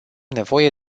nevoie